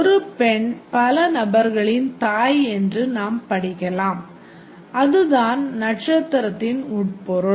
ஒரு பெண் பல நபர்களின் தாய் என்று நாம் படிக்கலாம் அதுதான் நட்சத்திரத்தின் உட்பொருள்